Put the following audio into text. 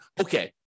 Okay